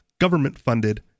government-funded